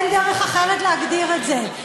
אין דרך אחרת להגדיר את זה.